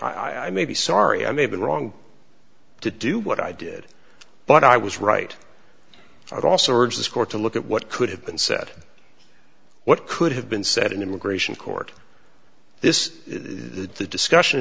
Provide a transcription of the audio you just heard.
i may be sorry i may have been wrong to do what i did but i was right i'd also urge this court to look at what could have been said what could have been said in immigration court this is the discussion